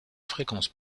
fréquences